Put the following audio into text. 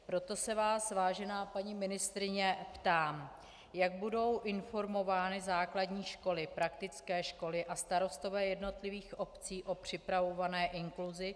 Proto se vás, vážená paní ministryně ptám, jak budou informovány základní školy, praktické školy a starostové jednotlivých obcí o připravované inkluzi.